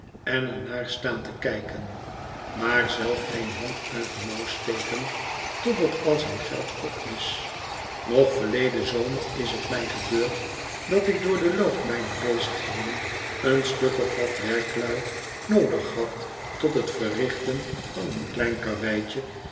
en er naar staan te kijken maar zelf geen hand uit de mouw steken totdat al zijn geld op is nog verleden zomer is t mij gebeurd dat ik door den loop mijner bezigheden een stuk of wat werklui noodig had tot t verrichten van een klein karrewettje